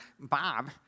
Bob